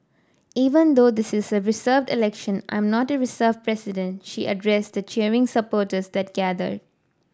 even though this is a reserved election I am not a reserved president she addressed the cheering supporters that gathered